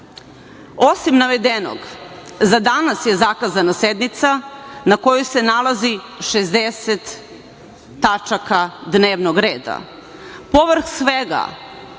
udar. Osim navedenog, za danas je zakazana sednica na kojoj se nalazi 60 tačaka dnevnog reda.